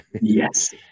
yes